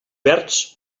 verds